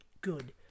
good